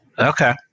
Okay